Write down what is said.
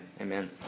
Amen